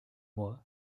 mois